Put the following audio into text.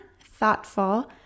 Thoughtful